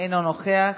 אינו נוכח.